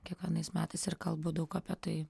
kiekvienais metais ir kalbu daug apie tai